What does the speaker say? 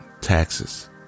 taxes